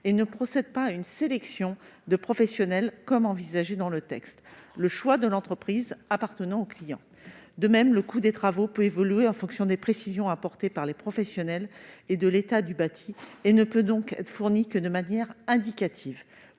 et ne procède pas à une sélection de professionnels, comme cela est envisagé dans le texte, le choix de l'entreprise appartenant au client. De même, le coût des travaux peut évoluer en fonction des précisions apportées par les professionnels et de l'état du bâti et ne peut donc être fourni que de manière indicative